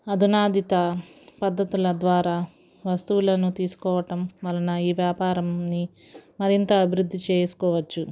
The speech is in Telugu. అధునాదిత పద్ధతుల ద్వారా వస్తువులను తీసుకోవటం వలన ఈ వ్యాపారంని మరింత అభివృద్ధి చేసుకోవచ్చు